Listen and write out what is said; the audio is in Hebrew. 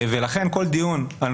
ולכן כל דיון על